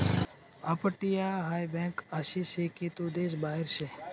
अपटीया हाय बँक आसी से की तू देश बाहेर से